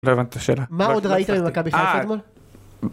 לא הבנתי את השאלה. מה עוד ראיתם במכבי חיפה אתמול?